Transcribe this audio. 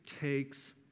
takes